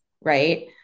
Right